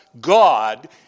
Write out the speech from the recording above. God